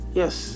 yes